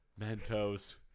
mentos